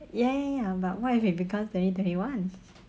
ya ya ya but what if it becomes twenty twenty one